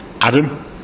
Adam